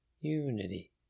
unity